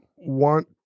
want